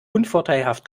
unvorteilhaft